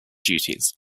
duties